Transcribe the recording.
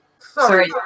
Sorry